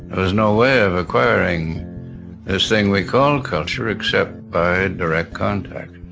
was no way of acquiring this thing we call culture, except by direct contact,